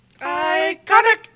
Iconic